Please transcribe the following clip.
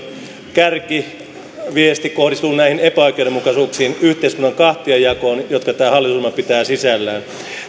kärkiviesti kohdistuu näihin epäoikeudenmukaisuuksiin ja yhteiskunnan kahtiajakoon jotka tämä hallitusohjelma pitää sisällään